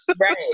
Right